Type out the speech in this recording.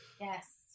Yes